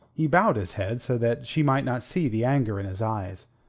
he bowed his head so that she might not see the anger in his eyes,